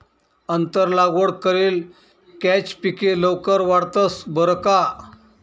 आंतर लागवड करेल कॅच पिके लवकर वाढतंस बरं का